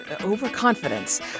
overconfidence